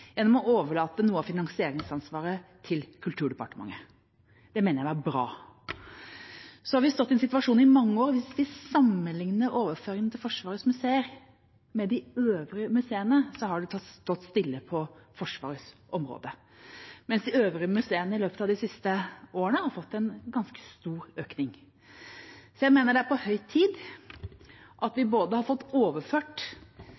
overlate noe av finansieringsansvaret til Kulturdepartementet. Det mener jeg var bra. Hvis vi sammenligner overføringene til Forsvarets museer med de øvrige museene, har vi stått i en situasjon i mange år der det har stått stille på Forsvarets område, mens de øvrige museene i løpet av de siste årene har fått en ganske stor økning. Jeg mener det er på høy tid at